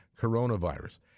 coronavirus